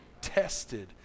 Tested